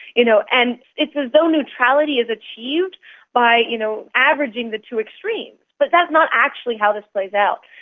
you know and it's as though neutrality is achieved by you know averaging the two extremes. but that's not actually how this plays out.